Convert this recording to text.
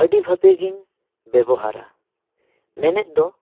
ᱟᱹᱰᱤ ᱵᱷᱟᱵᱮ ᱜᱮᱧ ᱵᱮᱵᱚᱦᱟᱨᱟ ᱢᱮᱱᱮᱫ ᱫᱚ